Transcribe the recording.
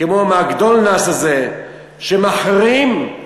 כמו "מקדונלד'ס" הזה, שמחרים,